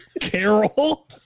Carol